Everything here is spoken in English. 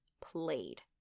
played